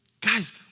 Guys